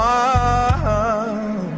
one